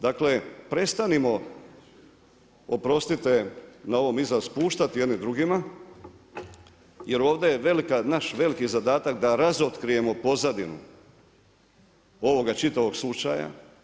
Dakle prestanimo, oprostite na ovom izrazu, spuštati jedni drugima jer ovdje je naš veliki zadatak da razotkrijemo pozadinu ovoga čitavog slučaja.